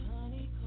honey